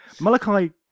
Malachi